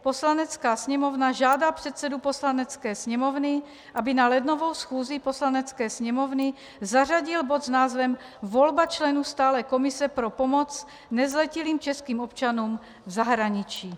Poslanecká sněmovna žádá předsedu Poslanecké sněmovny, aby na lednovou schůzi Poslanecké sněmovny zařadil bod s názvem volba členů stálé komise pro pomoc nezletilým českým občanům v zahraničí.